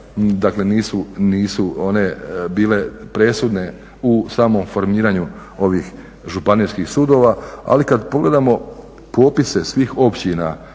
dakle nisu one bile presudne u samom formiranju ovih županijskih sudova, ali kada pogledamo popise svih općina,